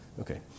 Okay